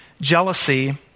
jealousy